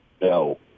no